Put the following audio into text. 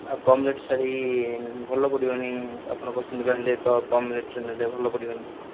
ଆଉ କମ୍ ରେଟ୍ ଶାଢ଼ୀ ଭଲ ପଡ଼ିବନି ଆପଣ କହୁଛନ୍ତି ବ୍ରାଣ୍ଡେଡ୍ ତ କମ୍ ରେଟ୍ର ନେଲେ ଭଲ ପଡ଼ିବନି